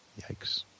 Yikes